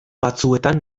batzuetan